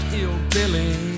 Hillbilly